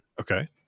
Okay